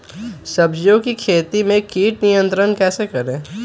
सब्जियों की खेती में कीट नियंत्रण कैसे करें?